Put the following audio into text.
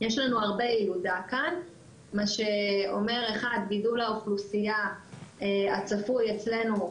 יש לנו הרבה ילודה כאן מה שאומר 1. גידול האוכלוסייה הצפוי אצלנו,